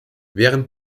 während